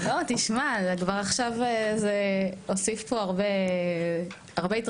תשמע, כבר עכשיו זה הוסיף פה הרבה התרגשות